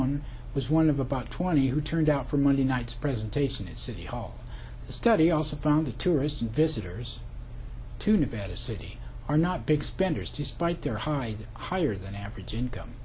one was one of about twenty who turned out for monday night's presentation at city hall the study also found the tourists and visitors to nevada city are not big spenders despite their high higher than average income